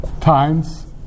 times